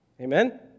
Amen